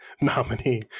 nominee